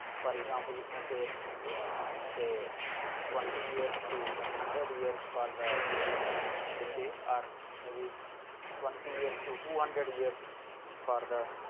for example, it may take say twenty years to one hundred years for the periods to decay or may be twenty years to two hundred years for the